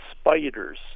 spiders